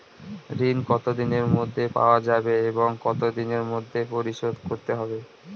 ঋণ কতদিনের মধ্যে পাওয়া যাবে এবং কত দিনের মধ্যে পরিশোধ করতে হবে?